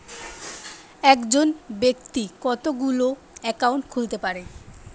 একজন ব্যাক্তি কতগুলো অ্যাকাউন্ট খুলতে পারে?